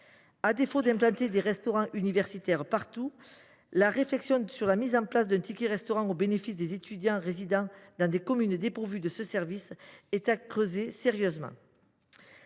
À défaut d’implanter des restaurants universitaires partout, la réflexion sur la mise en place d’un ticket restaurant au bénéfice des étudiants résidant dans des communes dépourvues de ce service doit être creusée sérieusement.